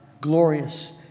glorious